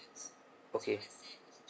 okay